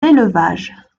l’élevage